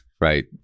right